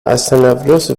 остановлюсь